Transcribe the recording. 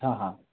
हाँ हाँ